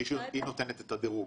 והיא נותנת את הדירוג.